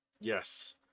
Yes